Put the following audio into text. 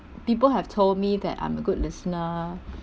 people have told me that I'm a good listener